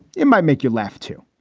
it might make you laugh to